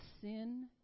sin